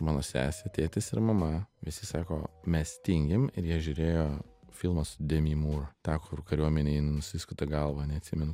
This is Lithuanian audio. mano sesė tėtis ir mama visi sako mes tingim ir jie žiūrėjo filmą su demy mūr tą kur kariuomenėj jin nusiskuta galvą neatsimenu